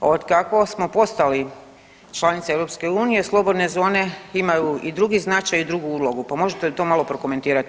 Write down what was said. Od kako smo postali članica EU, slobodne zone imaju i drugi značaj i drugu ulogu, pa možete li to malo prokomentirati?